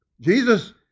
Jesus